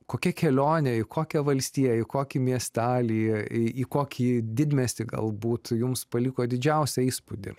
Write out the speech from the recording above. kokia kelionė į kokią valstiją į kokį miestelį į kokį didmiestį galbūt jums paliko didžiausią įspūdį